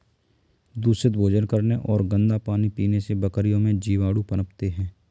दूषित भोजन करने और गंदा पानी पीने से बकरियों में जीवाणु पनपते हैं